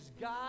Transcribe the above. God